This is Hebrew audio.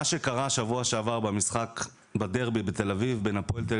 מה שקרה שבוע שעבר בדרבי בתל אביב בין הפועל תל